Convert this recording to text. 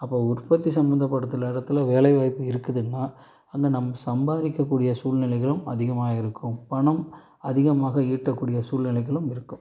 அப்போ உற்பத்தி சம்மந்தப்படுத்துல இடத்துல வேலைவாய்ப்பு இருக்குதுன்னால் அந்த நம்ம சம்பாதிக்கக்கூடிய சூழ்நிலைகளும் அதிகமாக இருக்கும் பணம் அதிகமாக ஈட்டக்கூடிய சூழ்நிலைகளும் இருக்கும்